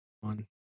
one